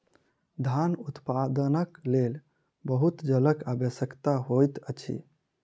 धान उत्पादनक लेल बहुत जलक आवश्यकता होइत अछि